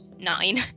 Nine